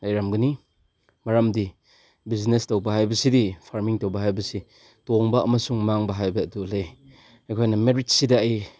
ꯂꯩꯔꯝꯒꯅꯤ ꯃꯔꯝꯗꯤ ꯕꯤꯖꯤꯅꯦꯁ ꯇꯧꯕ ꯍꯥꯏꯕꯁꯤꯗꯤ ꯐꯥꯔꯃꯤꯡ ꯇꯧꯕ ꯍꯥꯏꯕꯁꯤ ꯇꯣꯡꯕ ꯑꯃꯁꯨꯡ ꯃꯥꯡꯕ ꯍꯥꯏꯕ ꯑꯗꯨ ꯂꯩ ꯑꯩꯈꯣꯏꯅ ꯃꯦꯔꯤꯠꯁꯤꯗ ꯑꯩ